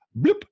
Bloop